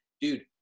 dude